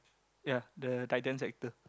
ya the titans actor